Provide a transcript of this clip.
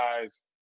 guys